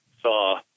saw